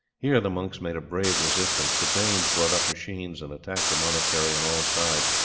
here the monks made a brave resistance. the danes brought up machines and attacked the monastery on all sides,